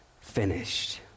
finished